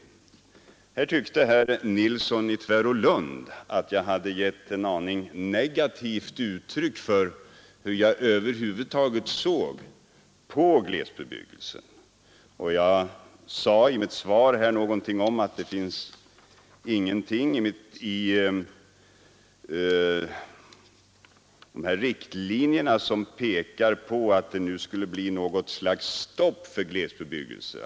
Herr Nilsson i Tvärålund tycktes anse att jag gav ett något negativt uttryck för hur jag över huvud taget såg på glesbebyggelsen. Jag sade i mitt interpellationssvar att det i riktlinjerna inte finns någonting som pekar på ett stopp för glesbebyggelse.